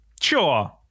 Sure